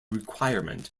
requirement